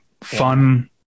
fun